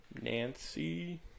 Nancy